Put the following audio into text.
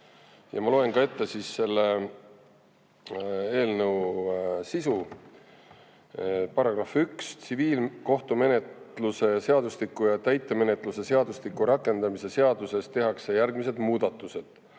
Ma loen ette ka selle eelnõu sisu. "§ 1. Tsiviilkohtumenetluse seadustiku ja täitemenetluse seadustiku rakendamise seaduses tehakse järgmised muudatused: